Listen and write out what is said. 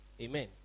Amen